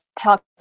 talk